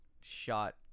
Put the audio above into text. shot